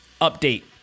update